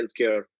healthcare